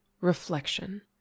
reflection